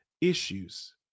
issues